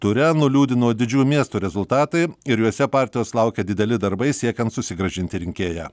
ture nuliūdino didžiųjų miestų rezultatai ir juose partijos laukia dideli darbai siekiant susigrąžinti rinkėją